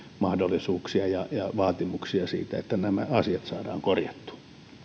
mahdollisuuksia ja ja vaatimuksia siitä että nämä asiat saadaan korjattua